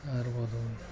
ಆರ್ಬೌದು